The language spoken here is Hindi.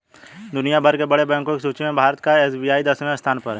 दुनिया भर के बड़े बैंको की सूची में भारत का एस.बी.आई दसवें स्थान पर है